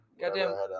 Goddamn